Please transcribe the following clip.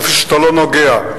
איפה שאתה לא נוגע,